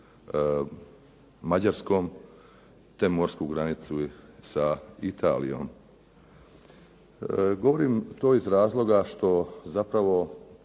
Mađarskoj te morsku granicu sa Italijom. Govorim to iz razloga što zapravo,